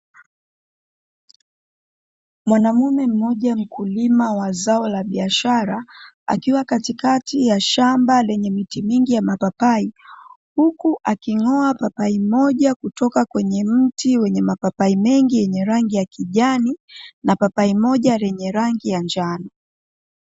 Mwanamume mmoja mkulima wa zao la biashara akiwa katikati ya shamba lenye miti mingi ya mapapai, huku aking'oa papai moja kutoka kwenye mti wenye mapapai mengi yenye rangi ya kijani na papai moja lenye rangi ya njano.